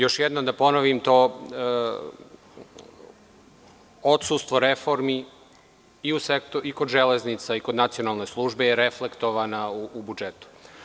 Još jednom da ponovim, to odsustvo reformi i kod „Železnica“ i kod Nacionalne službe je reflektovano u budžetu.